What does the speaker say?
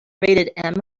rated